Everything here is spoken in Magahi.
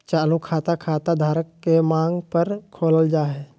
चालू खाता, खाता धारक के मांग पर खोलल जा हय